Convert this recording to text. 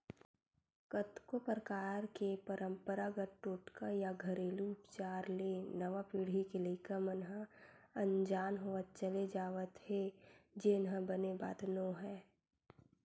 कतको परकार के पंरपरागत टोटका या घेरलू उपचार ले नवा पीढ़ी के लइका मन ह अनजान होवत चले जावत हे जेन ह बने बात नोहय